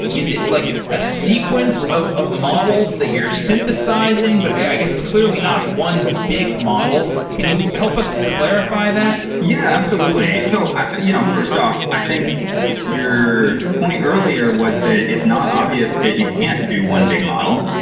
is it like a sequence of of models that you're synthesizing? but i guess it's clearly not one big model. can you help us clarify that? yeah, absolutely. so you know first off, i think your point earlier was that that it's not obvious that you can't do one big model,